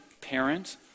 parent